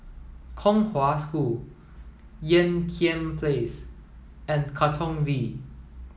Kong Hwa School Ean Kiam Place and Katong V